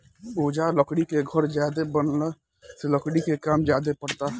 ओजा लकड़ी के घर ज्यादे बनला से लकड़ी के काम ज्यादे परता